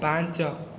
ପାଞ୍ଚ